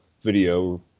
video